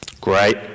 Great